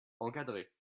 encadré